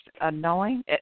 annoying